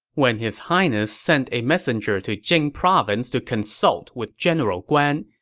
when his highness sent a messenger to jing province to consult with general guan,